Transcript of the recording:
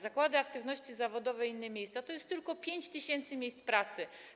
Zakłady aktywności zawodowej i inne miejsca zapewniają tylko 5 tys. miejsc pracy.